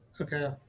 Okay